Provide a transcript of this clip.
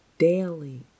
daily